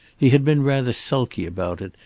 he had been rather sulky about it,